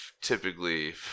typically